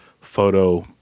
photo